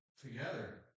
together